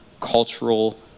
cultural